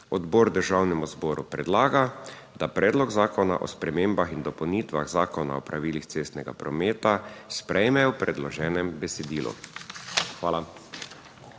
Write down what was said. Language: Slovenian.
odbor Državnemu zboru predlaga, da Predlog zakona o spremembah in dopolnitvah Zakona o pravilih cestnega prometa sprejme v predloženem besedilu. Hvala.